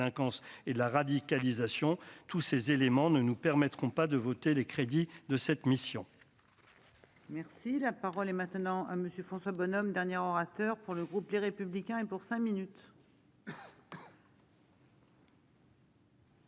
Merci, la parole est maintenant à monsieur François Bonhomme dernière orateur pour le groupe Les Républicains et pour cinq minutes.